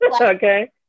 okay